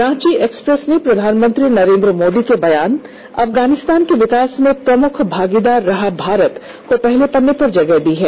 Ranchi express ने प्रधानमंत्री नरेंद्र मोदी के बयान अफगानिस्तान के विकास में प्रमुख भागीदार रहा भारत को पहले पन्ने पर जगह दी है